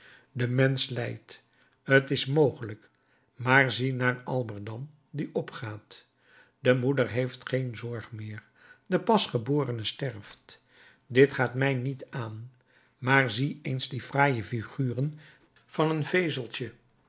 de mensch lijdt t is mogelijk maar zie naar aldebaran die opgaat de moeder heeft geen zog meer de pasgeborene sterft dit gaat mij niet aan maar zie eens die fraaie figuren van een vezeltje